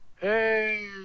Hey